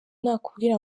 nakubwira